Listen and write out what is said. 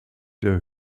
der